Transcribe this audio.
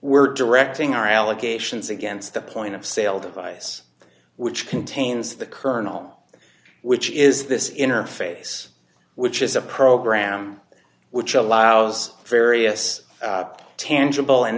were directing our allegations against the point of sale device which contains the kernel which is this interface which is a program which allows various tangible an